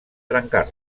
trencar